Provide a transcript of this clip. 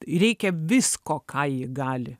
reikia visko ką ji gali